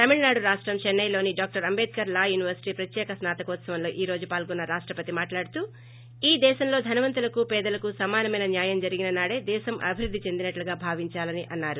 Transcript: తమిళనాడు రాష్టం చెన్నె లోని డాక్షర్ అంబేద్సర్ లా యూనివర్పిటి ప్రత్యేక న్నా తకోత్సవంలో ఈ రోజు పాల్గొన్న రాష్టప్టి మాట్లాడుతూ ఈ దేశంలో ధనవంతులకు పేదలకు సమానమైన న్యాయం జరిగిన నాడే దేశం అభివృద్ధి చెందినట్లుగా భావించాలని అన్నారు